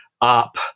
up